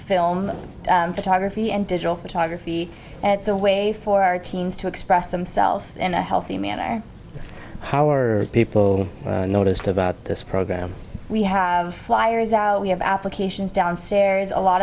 film photography and digital photography it's a way for our teens to express themselves in a healthy manner our people noticed about this program we have flyers out we have applications downstairs a lot